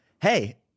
hey